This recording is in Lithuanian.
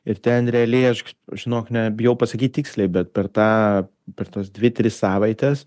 ir ten realiai aš žinok ne bijau pasakyt tiksliai bet per tą per tas dvi tris savaites